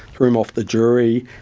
threw him off the jury,